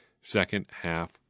second-half